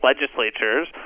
legislatures